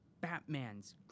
batman's